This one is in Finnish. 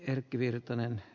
arvoisa puhemies